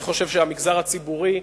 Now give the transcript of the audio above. אני חושב שהמגזר הציבורי,